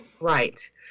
Right